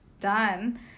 done